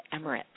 Emirates